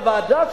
בוועדה,